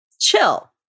Chill